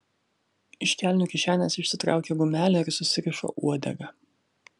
iš kelnių kišenės išsitraukė gumelę ir susirišo uodegą